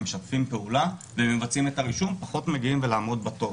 משתפים פעולה ומבצעים את הרישום ופחות מגיעים לעמוד בתור.